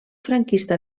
franquista